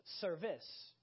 service